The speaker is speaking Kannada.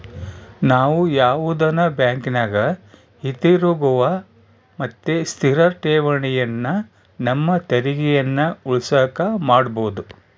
ನಾವು ಯಾವುದನ ಬ್ಯಾಂಕಿನಗ ಹಿತಿರುಗುವ ಮತ್ತೆ ಸ್ಥಿರ ಠೇವಣಿಯನ್ನ ನಮ್ಮ ತೆರಿಗೆಯನ್ನ ಉಳಿಸಕ ಮಾಡಬೊದು